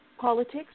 politics